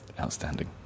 outstanding